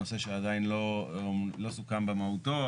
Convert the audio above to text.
הנושא שעדיין לא סוכם במהותו,